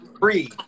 free